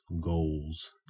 goals